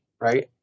right